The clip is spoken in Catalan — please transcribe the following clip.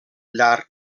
llarg